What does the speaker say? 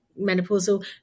menopausal